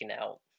out